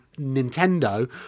Nintendo